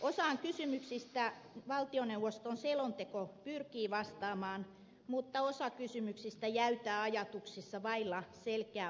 osaan kysymyksistä valtioneuvoston selonteko pyrkii vastamaan mutta osa kysymyksistä jäytää ajatuksissa vailla selkeää vastausta